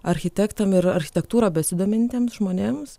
architektam ir architektūra besidomintiems žmonėms